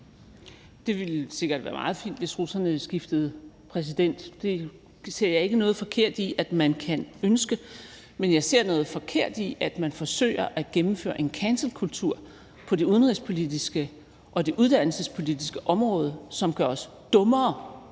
Det ville sikkert være meget fint, hvis russerne skiftede præsident. Det ser jeg ikke noget forkert i at man kan ønske, men jeg ser noget forkert i, at man forsøger at gennemføre en cancelkultur på det udenrigspolitiske og det uddannelsespolitiske område, som gør os dummere